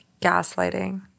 Gaslighting